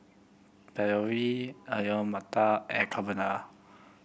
Ravioli Alu Matar and Carbona